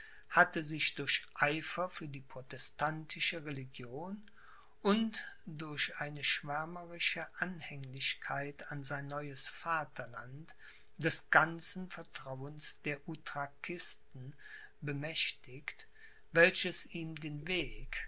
hatte sich durch eifer für die protestantische religion und durch eine schwärmerische anhänglichkeit an sein neues vaterland des ganzen vertrauens der utraquisten bemächtigt welches ihm den weg